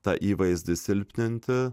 tą įvaizdį silpninti